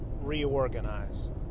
reorganize